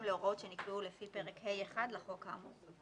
להוראות שנקבעו לפי פרק ה(1) לחוק האמור.